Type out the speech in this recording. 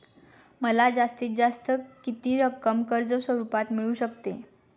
मला जास्तीत जास्त किती रक्कम कर्ज स्वरूपात मिळू शकते?